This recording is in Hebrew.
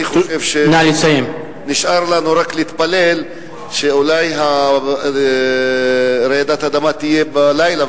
אני חושב שנשאר לנו רק להתפלל שאולי רעידת האדמה תהיה בלילה,